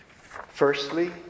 Firstly